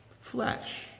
flesh